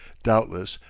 doubtless,